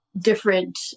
different